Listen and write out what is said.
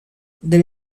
there